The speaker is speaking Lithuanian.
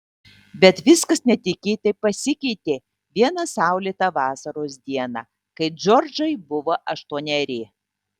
bet viskas netikėtai pasikeitė vieną saulėtą vasaros dieną kai džordžai buvo aštuoneri